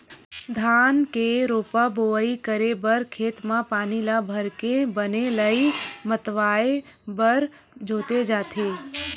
धान के रोपा बोवई करे बर खेत म पानी ल भरके बने लेइय मतवाए बर जोते जाथे